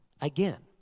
again